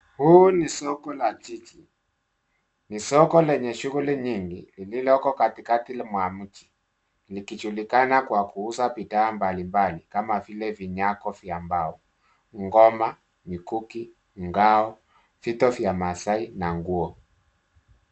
Huu ni soko la jiji. Ni soko lenye shughuli nyingi lililoko katikati mwa mji likijulikana kwa kuuza bidhaa mbalimbali kama vile vinyago vya mbao, ngoma, mikuki, ngao, vito vya maasai na nguo.